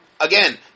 again